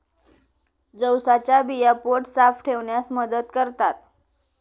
जवसाच्या बिया पोट साफ ठेवण्यास मदत करतात